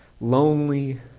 Lonely